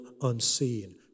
unseen